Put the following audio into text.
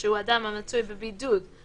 שמדבר על מתי